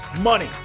money